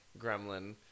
gremlin